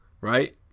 Right